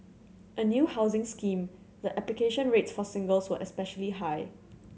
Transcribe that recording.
a new housing scheme the application rates for singles were especially high